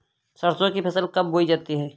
सरसों की फसल कब बोई जाती है?